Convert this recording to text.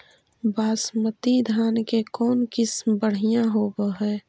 बासमती धान के कौन किसम बँढ़िया होब है?